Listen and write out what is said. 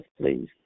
please